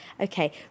Okay